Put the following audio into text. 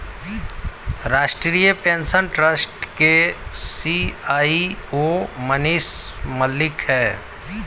राष्ट्रीय pension trust के CEO Manish Malik है